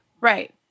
Right